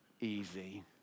easy